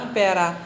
pera